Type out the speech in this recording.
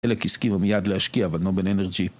אלה כי סכימו מיד להשקיע, אבל לא בין אנרג'י.